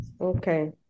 Okay